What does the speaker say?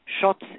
shots